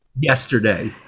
yesterday